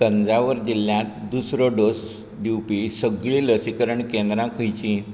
तंजावर जिल्ल्यांत दुसरो डोस दिवपी सगळीं लसीकरण केंद्रां खंयचीं